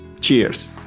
Cheers